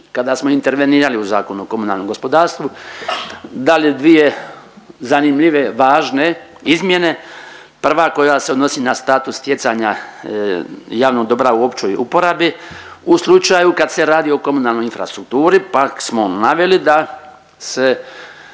kada smo intervenirali u Zakon o komunalnom gospodarstvu dali dvije zanimljive, važne izmjene. Prva koja se odnosi na status stjecanja javnog dobra u općoj uporabi u slučaju kad se radi o komunalnoj infrastrukturi, pa smo naveli da se